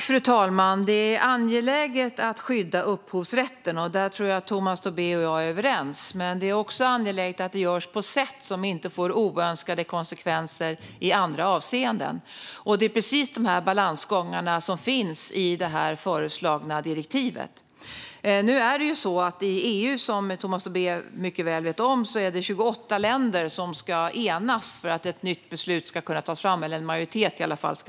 Fru talman! Det är angeläget att skydda upphovsrätten, och här tror jag att Tomas Tobé och jag är överens. Det är också angeläget att detta görs på ett sätt som inte ger oönskade konsekvenser i andra avseenden. Det är precis denna balansgång som finns i det föreslagna direktivet. Som Tomas Tobé mycket väl vet måste en majoritet av EU:s 28 länder enas för att ett nytt beslut ska kunna tas fram.